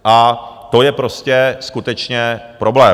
A to je prostě skutečně problém.